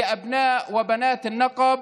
לבני ובנות הנגב